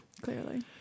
clearly